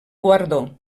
guardó